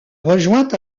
rejoint